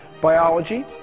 biology